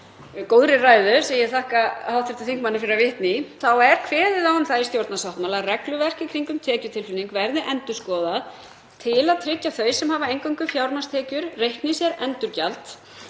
góðri ræðu sem ég þakka hv. þingmanni fyrir að vitna í, er að kveðið er á um það í stjórnarsáttmála að regluverk í kringum tekjutilflutning verði endurskoðað til að tryggja að þau sem hafa eingöngu fjármagnstekjur reikni sér endurgjald,